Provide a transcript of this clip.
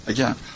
Again